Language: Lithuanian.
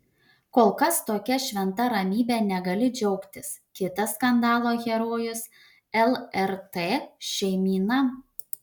kol kas tokia šventa ramybe negali džiaugtis kitas skandalo herojus lrt šeimyna